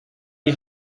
die